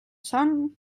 son